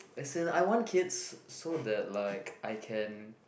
as in I want kids so that like I can